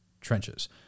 trenches